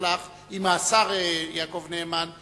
עם השר יעקב נאמן,